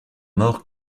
mort